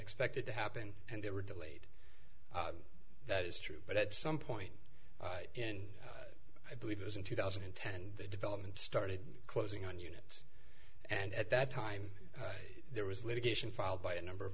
expected to happen and they were delayed that is true but at some point in i believe it was in two thousand and ten the development started closing on units and at that time there was litigation filed by a number of